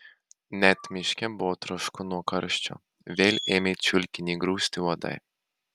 net miške buvo trošku nuo karščio vėl ėmė čiulkinį grūsti uodai